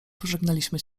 pożegnaliśmy